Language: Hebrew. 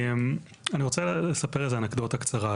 אני רוצה לספר אנקדוטה קצרה,